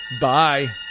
Bye